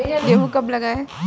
गेहूँ कब लगाएँ?